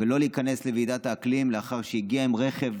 ולא להיכנס לוועידת האקלים לאחר שהגיעה עם רכב